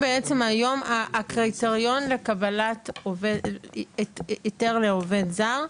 הקריטריון לקבלת היתר לעובד זר,